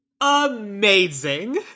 amazing